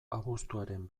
abuztuaren